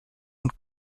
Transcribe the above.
und